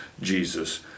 Jesus